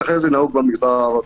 כך זה נהוג במגזר הערבי.